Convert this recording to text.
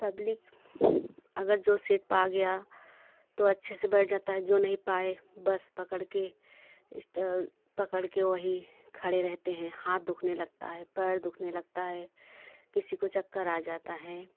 public अगर जो सिर्फ आ गया तो अच्छे से बैठ जाता है जो नहीं पाए बस पकड़ के इस्टा पकड़ के वही खड़े रहते हैं हाथ दुखने लगता है पैर दुखने लगता है किसी को चक्कर आ जाता है